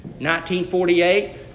1948